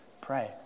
pray